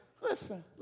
Listen